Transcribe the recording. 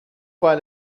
weil